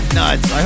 nuts